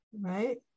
right